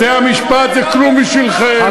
בתי-המשפט זה כלום בשבילכם,